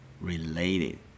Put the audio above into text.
related